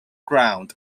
ground